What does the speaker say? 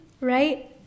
Right